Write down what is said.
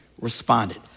responded